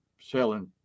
selling